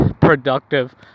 productive